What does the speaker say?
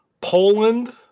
Poland